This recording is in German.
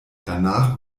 danach